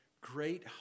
great